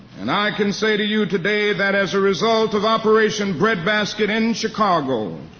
and i can say to you today that as a result of operation breadbasket in chicago,